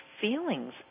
feelings